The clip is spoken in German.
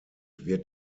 wird